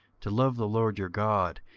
to love the lord your god,